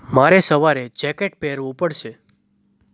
મારે સવારે જેકેટ પહેરવું પડશે